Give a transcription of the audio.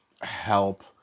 help